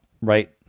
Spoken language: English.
right